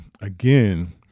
again